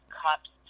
cups